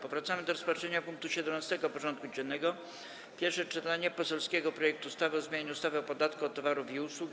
Powracamy do rozpatrzenia punktu 17. porządku dziennego: Pierwsze czytanie poselskiego projektu ustawy o zmianie ustawy o podatku od towarów i usług.